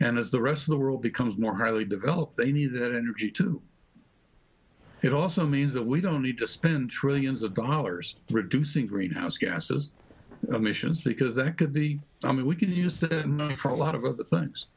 and as the rest of the world becomes more highly developed they me that energy to it also means that we don't need to spend trillions of dollars reducing greenhouse gases emissions because that could be i mean we can use that money for a lot of other things